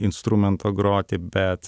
instrumento groti bet